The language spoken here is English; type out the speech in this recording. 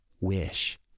wish